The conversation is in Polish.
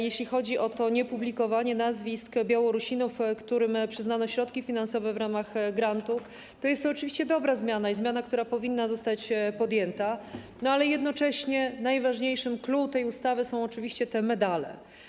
Jeśli chodzi o niepublikowanie nazwisk Białorusinów, którym przyznano środki finansowe w ramach grantów, to jest to oczywiście dobra zmiana i zmiana, która powinna zostać podjęta, ale jednocześnie clou tej ustawy są oczywiście medale.